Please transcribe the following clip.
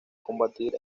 combatir